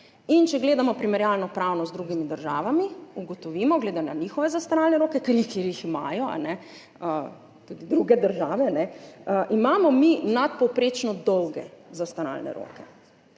Če gledamo primerjalnopravno z drugimi državami, ugotovimo glede na njihove zastaralne roke, ker jih imajo tudi druge države, da imamo mi nadpovprečno dolge zastaralne roke.